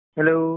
Hello